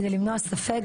כדי למנוע ספק,